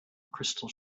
crystal